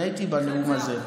אני הייתי בנאום הזה.